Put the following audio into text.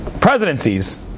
presidencies